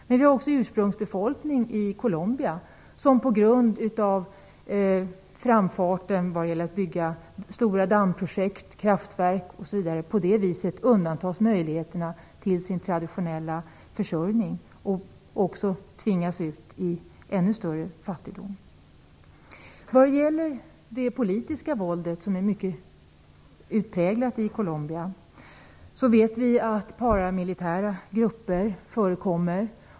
Men vi har också ursprungsbefolkningen i Colombia som på grund av byggandet av stora dammprojekt, kraftverk osv. undandras möjligheterna till sin traditionella försörjning. De tvingas ut i ännu större fattigdom. Det politiska våldet är mycket utpräglat i Colombia. Vi vet att paramilitära grupper förekommer.